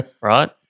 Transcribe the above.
right